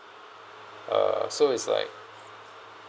uh so is like